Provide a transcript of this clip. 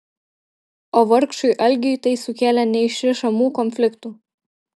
o vargšui algiui tai sukėlė neišrišamų konfliktų